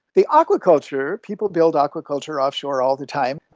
the aquaculture, people build aquaculture offshore all the time,